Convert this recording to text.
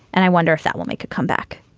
and i wonder if that will make a comeback.